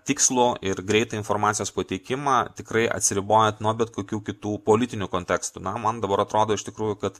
tikslų ir greitą informacijos pateikimą tikrai atsiribojant nuo bet kokių kitų politinių kontekstų na man dabar atrodo iš tikrųjų kad